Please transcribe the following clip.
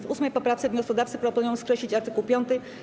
W 8. poprawce wnioskodawcy proponują skreślić art. 5.